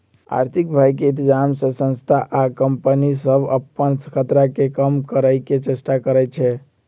आर्थिक भय के इतजाम से संस्था आ कंपनि सभ अप्पन खतरा के कम करए के चेष्टा करै छै